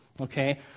Okay